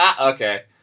Okay